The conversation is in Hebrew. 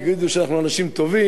דניאל בן-סימון אהב אותם.